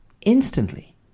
instantly